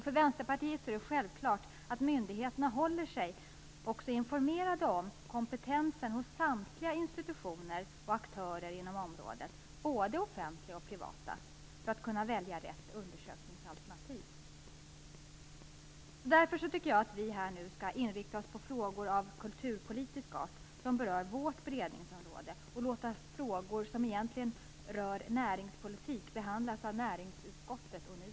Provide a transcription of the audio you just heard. För vänsterpartiet är det självklart att myndigheterna skall hålla sig informerade om kompetensen hos samtliga institutioner och aktörer inom området, både offentliga och privata, för att kunna välja rätt undersökningsalternativ. Därför tycker jag att vi nu skall inrikta oss på frågor av kulturpolitisk art, som berör vårt beredningsområde, och låta frågor som egentligen rör näringspolitik behandlas av näringsutskottet och NUTEK.